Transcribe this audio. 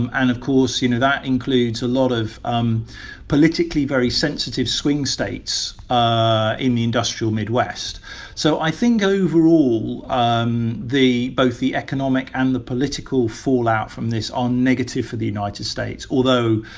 and and of course, you know, that includes a lot of um politically very sensitive swing states ah in the industrial midwest so i think overall, um the both the economic and the political fallout from this are negative for the united states, although,